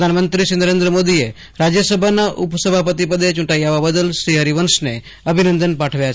પ્રધાનમંત્રી શ્રી નરેન્દ્ર મોદીએ રાજ્યસભાના ઉપસભાપતિ પદે ચૂંટાઈ આવ્યા બદલ શ્રી હરિવંશને અભિનંદન પાઠવ્યા છે